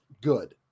good